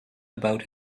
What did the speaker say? about